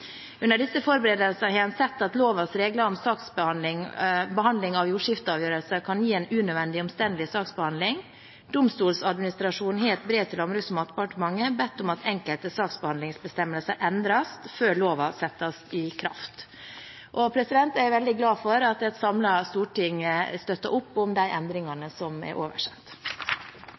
Under disse forberedelser har en sett at lovens regler om saksbehandling, behandling av jordskifteavgjørelser, kan gi en unødvendig omstendelig saksbehandling. Domstoladministrasjonen har i et brev til Landbruks- og matdepartementet bedt om at enkelte saksbehandlingsbestemmelser endres før loven settes i kraft. Jeg er veldig glad for at et samlet storting støtter opp om de endringene